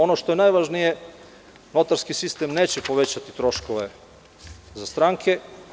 Ono što je najvažnije, notarski sistem neće povećati troškove za stranke.